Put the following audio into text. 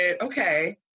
Okay